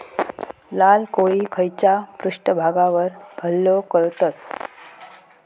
लाल कोळी खैच्या पृष्ठभागावर हल्लो करतत?